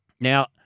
Now